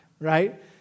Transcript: right